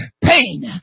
pain